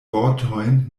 vortojn